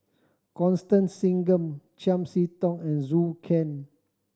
Constance Singam Chiam See Tong and Zhou Can